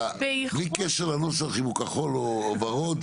בלי קשר לנוסח, אם הוא כחול או ורוד.